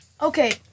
Okay